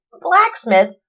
blacksmith